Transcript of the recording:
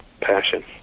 passion